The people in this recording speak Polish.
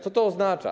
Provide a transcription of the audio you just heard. Co to oznacza?